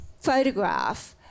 photograph